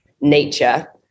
nature